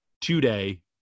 today